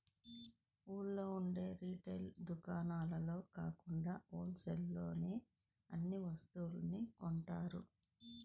ఊళ్ళో ఉండే రిటైల్ దుకాణాల్లో కాకుండా హోల్ సేల్ లోనే అన్ని వస్తువుల్ని కొంటున్నారు